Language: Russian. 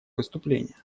выступление